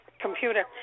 computer